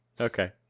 Okay